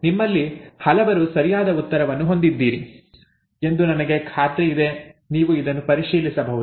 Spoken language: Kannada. ನಿಮ್ಮಲ್ಲಿ ಹಲವರು ಸರಿಯಾದ ಉತ್ತರವನ್ನು ಹೊಂದಿದ್ದೀರಿ ಎಂದು ನನಗೆ ಖಾತ್ರಿಯಿದೆ ನೀವು ಇದನ್ನು ಪರಿಶೀಲಿಸಬಹುದು